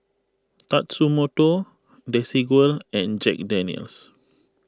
Tatsumoto Desigual and Jack Daniel's